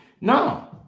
No